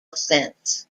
sense